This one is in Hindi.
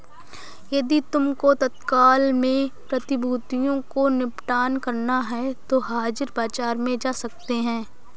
यदि तुमको तत्काल में प्रतिभूतियों को निपटान करना है तो हाजिर बाजार में जा सकते हो